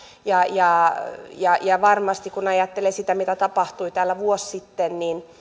ja ja varmasti kun ajattelee mitä tapahtui täällä vuosi sitten